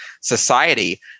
society